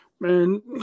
Man